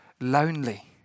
lonely